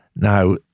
Now